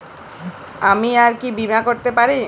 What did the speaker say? আমি আর কি বীমা করাতে পারি?